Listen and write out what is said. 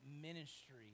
ministry